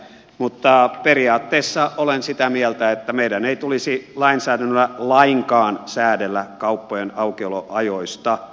mutta periaatteessa olen sitä mieltä että meidän ei tulisi lainsäädännöllä lainkaan säädellä kauppojen aukioloajoista